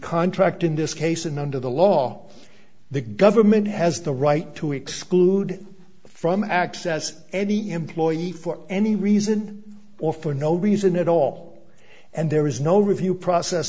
contract in this case and under the law the government has the right to exclude from access any employee for any reason or for no reason at all and there is no review process